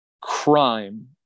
crime